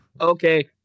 okay